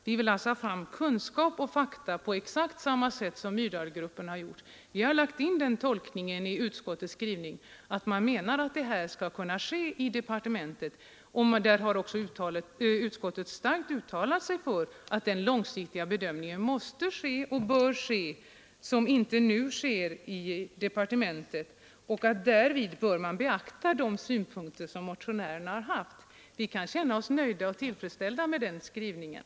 Vi vill att man skall ta fram kunskaper och fakta på samma sätt som Myrdalgruppen gjort. Vi har tolkat utskottets skrivning så att utskottet menar att detta skall kunna ske i departementet. Därmed har också utskottet starkt uttalat sig för att en långsiktig bedömning måste ske i departementet, vilket nu inte är fallet, och att man därvid bör beakta de synpunkter som motionärerna anfört. Vi kan känna oss nöjda och tillfredsställda med den skrivningen.